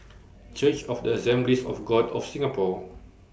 Church of The Assemblies of God of Singapore